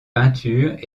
peintures